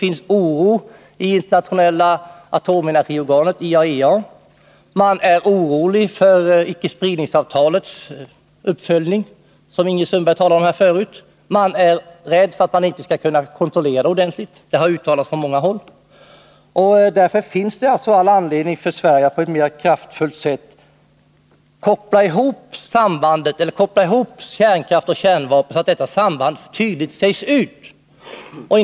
Inom det internationella atomenergiorganet IAEA är man orolig. Från många håll har uttalats oro för ickespridningsavtalets uppföljning, som Ingrid Sundberg talade om. Man är rädd för att det inte skall gå att kontrollera det. Därför finns det all anledning för Sverige att mer kraftfullt koppla ihop kärnkraft och kärnvapen, så att det tydligt sägs ut att det finns ett samband.